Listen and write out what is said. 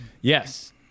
Yes